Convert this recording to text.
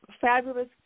fabulous